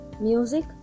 music